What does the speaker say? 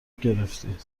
گرفتی